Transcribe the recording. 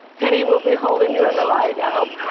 penny, we'll be holding you in the light. i hope